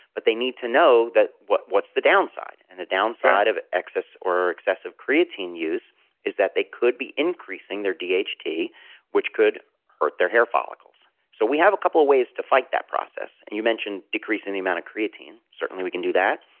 but they need to know that what's what's the downside, and the downside of excess, or excessive, creatine use is that they could be increasing their dht, which could hurt their hair follicles so we have a couple of ways to fight that process. and you mentioned decreasing the amount of creatine. certainly we can do that.